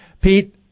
Pete